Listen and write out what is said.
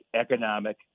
economic